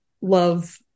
love